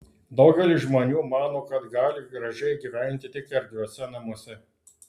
daugelis žmonių mano kad gali gražiai gyventi tik erdviuose namuose